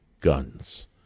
Guns